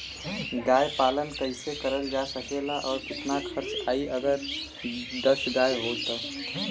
गाय पालन कइसे करल जा सकेला और कितना खर्च आई अगर दस गाय हो त?